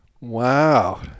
Wow